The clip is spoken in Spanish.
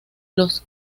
los